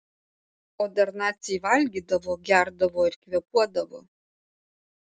o dar naciai valgydavo gerdavo ir kvėpuodavo